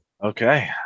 Okay